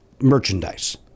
merchandise